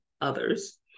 others